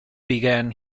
began